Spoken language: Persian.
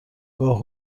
گاه